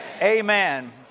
amen